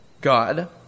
God